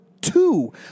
Two